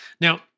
Now